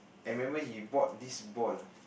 I remember he bought this ball lah